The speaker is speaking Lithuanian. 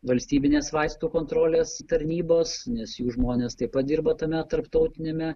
valstybinės vaistų kontrolės tarnybos nes jų žmonės taip pat dirba tame tarptautiniame